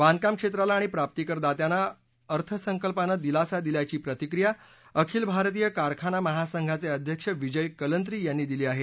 बांधकाम क्षेत्राला आणि प्राप्तीकर दात्यांना अर्थसंकल्पानं दिलासा दिल्याची प्रतिक्रिया आखिल भारतीय कारखाना महासंघाचे अध्यक्ष विजय कलंत्री यांनी दिली आहे